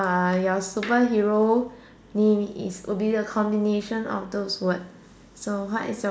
uh your superhero name is would be the combination of those word so what is your